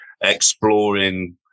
exploring